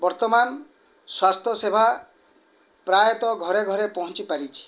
ବର୍ତ୍ତମାନ ସ୍ୱାସ୍ଥ୍ୟସେବା ପ୍ରାୟତଃ ଘରେ ଘରେ ପହଞ୍ଚିପାରିଛି